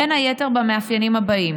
בין היתר במאפיינים אלה: